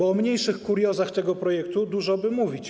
O mniejszych kuriozach tego projektu dużo by mówić.